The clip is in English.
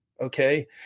okay